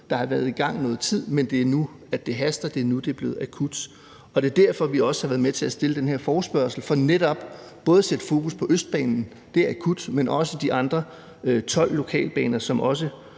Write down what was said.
der har været i gang i nogen tid, men det er nu, det haster. Det er nu, det er blevet akut. Det er også derfor, at vi har været med til at stille den her forespørgsel. Det er netop for både at sætte fokus på Østbanen – det er akut – men også på de andre 12 lokalbaner, som også